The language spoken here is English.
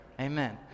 Amen